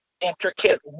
intricate